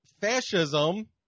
fascism